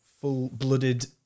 full-blooded